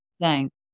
Thanks